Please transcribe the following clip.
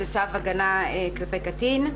זה צו הגנה כלפי קטין.